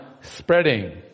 spreading